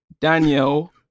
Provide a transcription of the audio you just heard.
Danielle